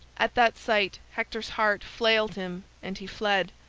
at that sight hector's heart failed him and he fled.